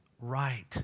right